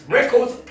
Records